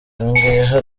yongeyeho